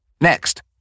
Next